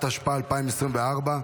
התשפ"ה 2024,